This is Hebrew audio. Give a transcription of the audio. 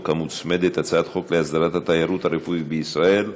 המוצמדת: הצעת חוק להסדרת התיירות הרפואית בישראל,